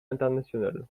international